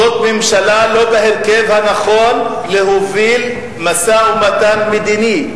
זאת ממשלה לא בהרכב הנכון להוביל משא-ומתן מדיני,